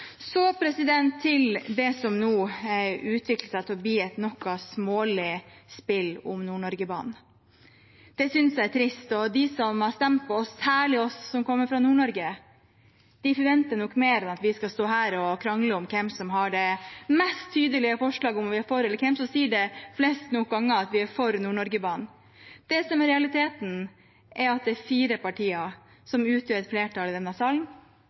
Så til det som nå utvikler seg til å bli et noe smålig spill om Nord-Norge-banen. Det synes jeg er trist, og de som har stemt på oss, særlig oss som kommer fra Nord-Norge, forventer nok mer enn at vi skal stå her og krangle om hvem som har det mest tydelige forslaget om vi er for, eller hvem som sier flest nok ganger at vi er for Nord-Norge-banen. Det som er realiteten, er at det er fire partier som utgjør flertall i denne salen,